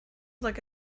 look